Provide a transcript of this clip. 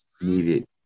needed